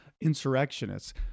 insurrectionists